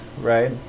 right